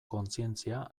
kontzientzia